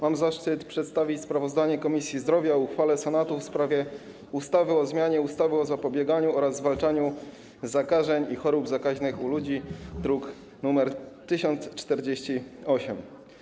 Mam zaszczyt przedstawić sprawozdanie Komisji Zdrowia o uchwale Senatu w sprawie ustawy o zmianie ustawy o zapobieganiu oraz zwalczaniu zakażeń i chorób zakaźnych u ludzi, druk nr 1048.